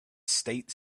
state